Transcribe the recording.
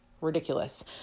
ridiculous